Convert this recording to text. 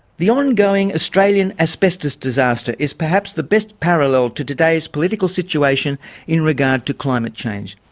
the ongoing australian asbestos disaster is perhaps the best parallel to today's political situation in regard to climate change.